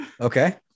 okay